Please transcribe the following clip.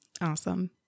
Awesome